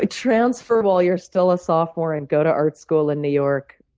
ah transfer while you're still a sophomore, and go to art school in new york